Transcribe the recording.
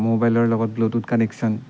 ম'বাইলৰ লগত bluetooth connection